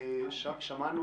שמענו